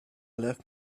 left